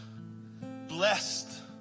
Blessed